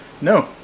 No